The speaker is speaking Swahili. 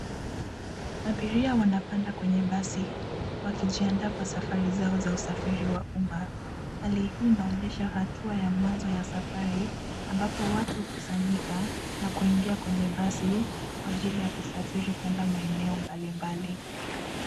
Abiria wanapanda kwenye basi, wakijiandaa kwa safiri zao za usafiri wa umma, hali hii inaonyesha hatua ya mwanzo ya safari, ambapo watu hukusanyika, na kuingia kwenye basi, kwa ajili ya kusafiri kwenda maeneo mbalimbali.